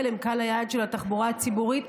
הם קהל היעד של התחבורה הציבורית,